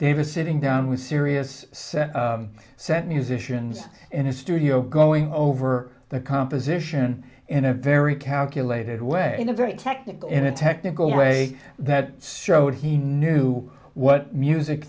davis sitting down with serious set musicians in a studio going over the composition in a very calculated way in a very technical in a technical way that strode he knew what music